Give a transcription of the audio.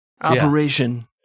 Operation